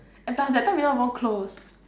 and plus that time we not even close